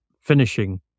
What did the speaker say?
Finishing